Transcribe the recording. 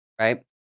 right